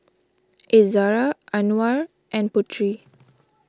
Izzara Anuar and Putri